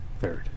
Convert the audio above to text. Third